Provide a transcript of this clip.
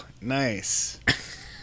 Nice